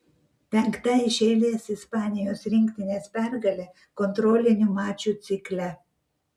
penkta iš eilės ispanijos rinktinės pergalė kontrolinių mačų cikle